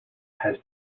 had